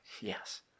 Yes